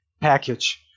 package